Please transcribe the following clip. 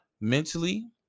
mentally